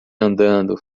andando